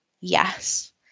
yes